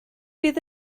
fydd